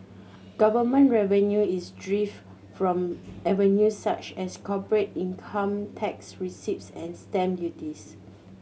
government revenue is derived from avenues such as corporate income tax receipts and stamp duties